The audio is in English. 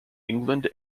england